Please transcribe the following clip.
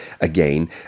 again